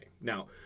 Now